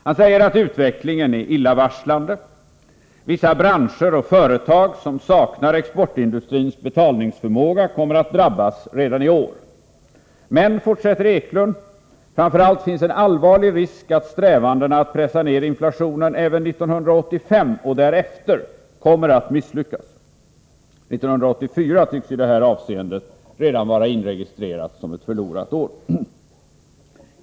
Han säger att utvecklingen är illavarslande. Vissa branscher och företag, som saknar exportindustrins betalningsförmåga, kommer att drabbas redan i år. Men, fortsätter Eklund, framför allt finns en allvarlig risk att strävandena att pressa ner inflationen även 1985 och därefter kommer att misslyckas. 1984 tycks i det här avseendet redan vara inregistrerat som ett förlorat år.